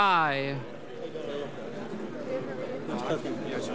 i just